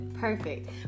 perfect